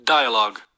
Dialogue